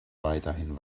weiterhin